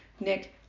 Nick